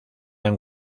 han